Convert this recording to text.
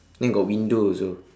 then got window also